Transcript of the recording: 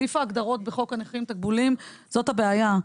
סעיף ההגדרות בחוק הנכים (תקבולים) זאת הבעיה.